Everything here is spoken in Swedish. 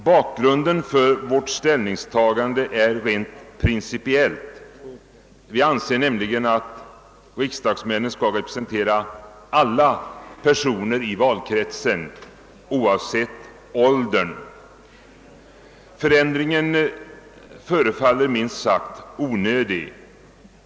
Bakgrunden till vårt ställningstagande är rent principiellt. Vi anser nämligen att riksdagsmännen skall representera alla personer i valkretsen oavsett åldern. Förändringen förefaller minst sagt onödig.